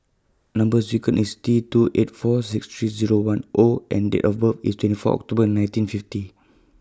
Number sequence IS T two eight four six three Zero one O and Date of birth IS twenty four October nineteen fifty